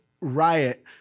riot